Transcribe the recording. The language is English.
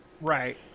Right